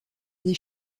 des